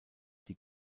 die